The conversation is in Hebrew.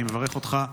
אני מברך אותך,